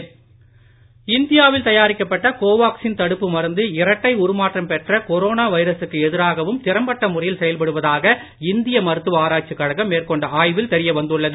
ICMR இந்தியாவில் தயாரிக்கப்பட்ட Covaxin தடுப்பு மருந்து இரட்டை உருமாற்றம் பெற்ற கொரோனா வைரசுக்கு எதிராகவும் திறம் பட்ட முறையில் செயல்படுவதாக இந்திய மருத்துவ ஆராய்ச்சி கழகம் மேற்கொண்ட ஆய்வில் தெரியவந்துள்ளது